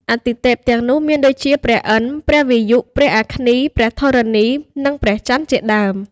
អាទិទេពទាំងនោះមានដូចជា ព្រះឥន្ទ្រ ព្រះវាយុ ព្រះអគ្នី ព្រះធរណី និងព្រះចន្ទ្រ ជាដើម។